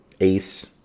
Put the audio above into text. Ace